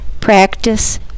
practice